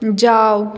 जाउ